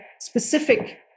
specific